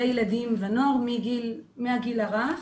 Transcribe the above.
לילדים ונוער מהגיל הרך.